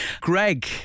Greg